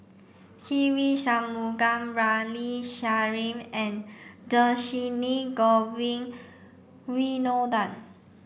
Se Ve Shanmugam Ramli Sarip and Dhershini Govin Winodan